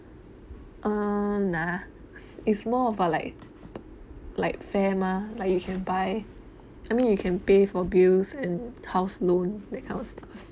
err nah it's more of a like like fair mah like you can buy I mean you can pay for bills and house loan that kind of stuff